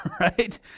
right